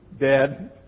dead